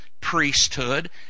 priesthood